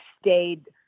stayed